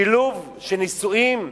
שילוב של נישואים